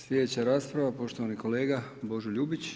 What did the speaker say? Sljedeća rasprava poštovani kolega Božo Ljubić.